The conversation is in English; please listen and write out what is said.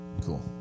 Cool